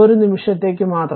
ഒരു നിമിഷത്തേക്ക് മാത്രം